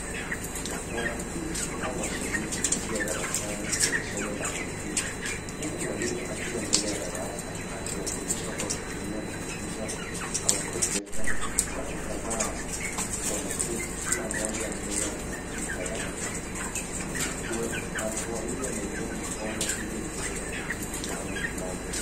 Wanafunzi au washiriki wakiwa darasani kwenye somo la kompyuta. Huku mwalimu akiwa mbele ya darasa akiwafundisha kwa kutumia kompyuta au projeta. Watu kadhaa wameketi Kila mmoja mbele ya kompyuta yake. Wawili wameinua mikono ili kuweza kujibu swali fulani.